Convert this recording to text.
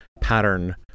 pattern